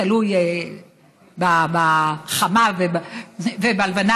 תלוי בחמה ובלבנה,